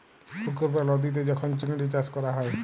পুকুর বা লদীতে যখল চিংড়ি চাষ ক্যরা হ্যয়